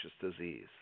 disease